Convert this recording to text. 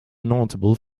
notable